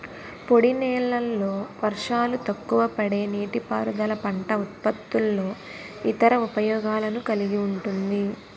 పొడినేలల్లో వర్షాలు తక్కువపడే నీటిపారుదల పంట ఉత్పత్తుల్లో ఇతర ఉపయోగాలను కలిగి ఉంటుంది